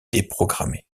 déprogrammée